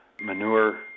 manure